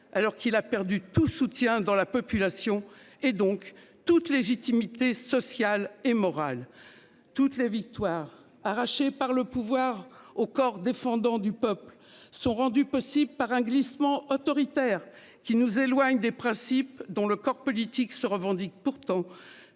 alors qu'il a perdu tout soutien dans la population et donc toute légitimité sociale et morale. Toutes ces victoires arrachées par le pouvoir au corps défendant du Peuple sont rendues possibles par un glissement autoritaire qui nous éloigne des principes dont le corps politique se revendique pourtant